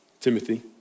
Timothy